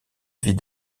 vis